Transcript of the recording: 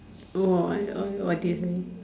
orh what what what did you say